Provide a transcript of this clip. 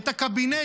את הקבינט,